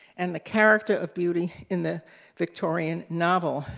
and the character of beauty in the victorian novel.